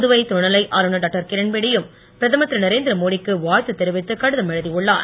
புதுவை துணை நிலை ஆளுநர் டாக்டர் இரண்பேடியும் பிரதமர் இரு நரேந்திரமோடிக்கு வாழ்த்து தெரிவித்து கடிதம் எழுதி உள்ளார்